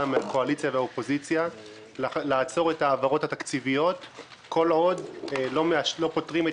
מהקואליציה והאופוזיציה לעצור את העברות התקציביות כל עוד לא פותרים את